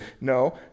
No